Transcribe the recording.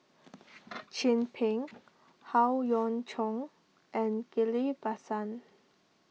Chin Peng Howe Yoon Chong and Ghillie Basan